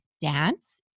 Dance